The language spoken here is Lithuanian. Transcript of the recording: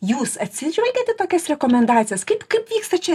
jūs atsižvelgiat į tokias rekomendacijas kaip kaip vyksta čia